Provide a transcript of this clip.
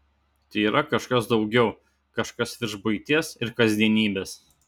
tai yra kažkas daugiau kažkas virš buities ir kasdienybės